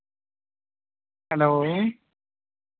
hello